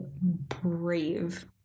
brave